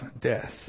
death